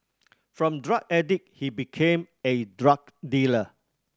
from drug addict he became a drug dealer